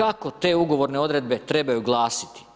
kako te ugovorne odredbe trebaju glasiti.